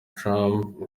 trump